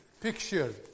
picture